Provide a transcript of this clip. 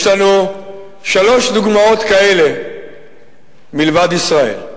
יש לנו שלוש דוגמאות כאלה מלבד ישראל.